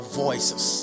voices